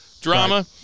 drama